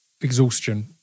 exhaustion